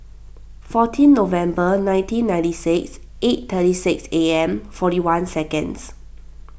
fourteen November nineteen ninety six eight thirty six A M forty one seconds